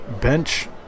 bench